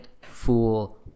fool